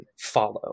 follow